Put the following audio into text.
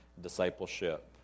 discipleship